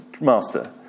master